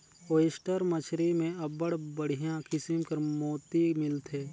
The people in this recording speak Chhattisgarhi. ओइस्टर मछरी में अब्बड़ बड़िहा किसिम कर मोती मिलथे